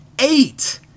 eight